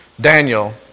Daniel